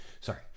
Sorry